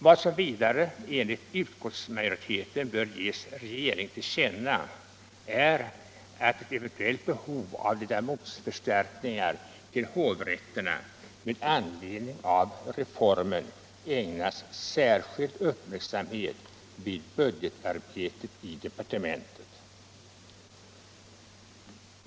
Vad som vidare enligt utskottsmajoriteten bör ges regeringen till känna är att ett eventuellt behov av ledamotsförstärkningar till hovrätterna med anledning av reformen ägnas särskild uppmärksamhet vid budgetarbetet i departementen.